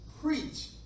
preach